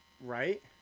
Right